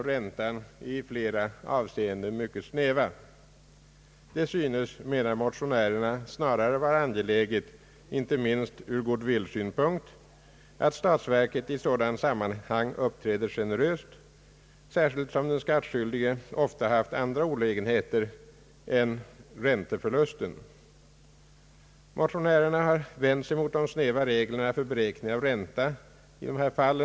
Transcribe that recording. av räntan är i flera avseenden mycket snäva. Det synes, menar motionärerna, snarare vara angeläget — inte minst från goodwill-synpunkt — att statsverket i sådana sammanhang uppträder generöst, särskilt som den skattskyldige ofta haft :andraolägenheter än ränteförlusten. Motionärerna har vänt sig mot de snäva reglerna för beräkning av ränta i dessa "fall.